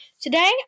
Today